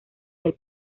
del